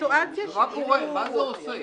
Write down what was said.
מה זה עושה?